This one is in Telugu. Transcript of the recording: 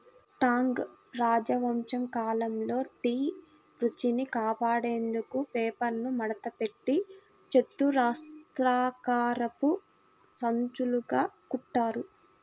టాంగ్ రాజవంశం కాలంలో టీ రుచిని కాపాడేందుకు పేపర్ను మడతపెట్టి చతురస్రాకారపు సంచులుగా కుట్టారు